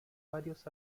varios